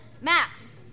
Max